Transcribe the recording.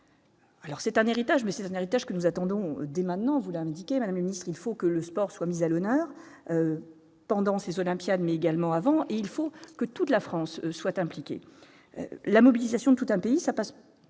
Alors c'est un héritage, mais c'est un héritage que nous attendons dès maintenant vous l'indiqué la ministre, il faut que le sport soit mis à l'honneur pendant ces Olympiades met également en avant, il faut que toute la France souhaite impliquer la mobilisation de tout un pays, ça passe